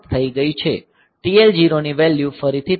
TL0 ની value ફરીથી થશે